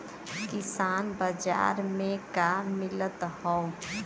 किसान बाजार मे का मिलत हव?